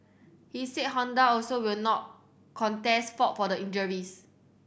he said Honda also will not contest fault for the injuries